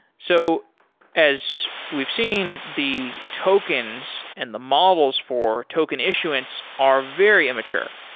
so as we've seen, the tokens and the models for token issuance are very immature.